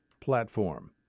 platform